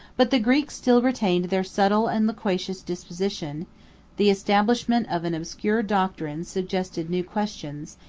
but the greeks still retained their subtle and loquacious disposition the establishment of an obscure doctrine suggested new questions,